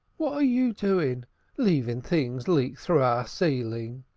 what are you doin', leavin' things leak through our ceiling?